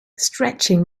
stretching